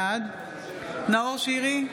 בעד נאור שירי,